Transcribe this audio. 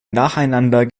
nacheinander